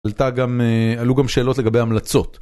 עלו גם שאלות לגבי המלצות.